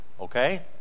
Okay